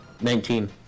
Nineteen